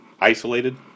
isolated